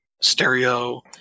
stereo